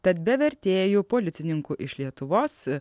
tad be vertėjų policininkų iš lietuvos